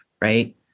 right